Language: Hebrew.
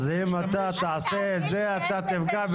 אתה משקר.